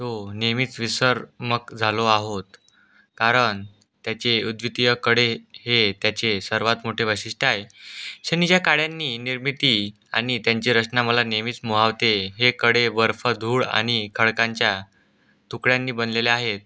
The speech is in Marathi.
तो नेहमीच विसर मग झालो आहोत कारण त्याचे अद्वितीय कडे हे त्याचे सर्वात मोठे वैशिष्ट्य आहे शनीच्या काड्यांनी निर्मिती आणि त्यांची रचना मला नेहमीच मोहवते हे कडे बर्फ धूळ आणि खडकांच्या तुकड्यांनी बनलेले आहेत